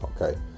Okay